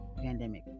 Pandemic